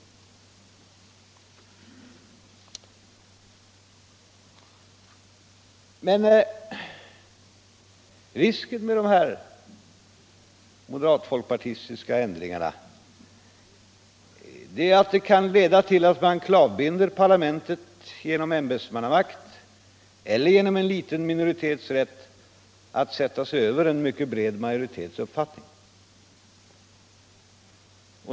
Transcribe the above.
Risken med de här moderat-folkpartistiska ändringarna är att de kan leda till att man klavbinder parlamentet genom ämbetsmannamakt eller genom en liten minoritets rätt att sätta sig över en mycket bred majoritets uppfattning.